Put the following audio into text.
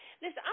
Listen